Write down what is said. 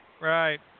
Right